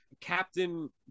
captain